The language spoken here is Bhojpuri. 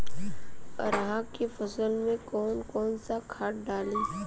अरहा के फसल में कौन कौनसा खाद डाली?